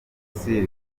silver